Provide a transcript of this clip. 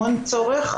המון צורך,